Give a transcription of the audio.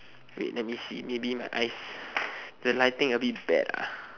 wait let me see maybe my eyes the lighting a bit bad lah